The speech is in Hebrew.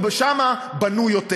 ושם בנו יותר,